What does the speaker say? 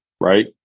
right